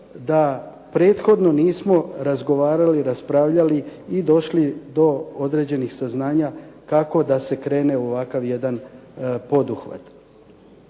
da prethodno nismo razgovarali, raspravljali i došli do određenih saznanja kako da se krene u ovakav jedan poduhvat.